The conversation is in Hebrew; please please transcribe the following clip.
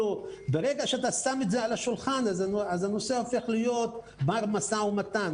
ברגע שאתה שם את זה על השולחן אז הנושא הופך להיות בר משא ומתן.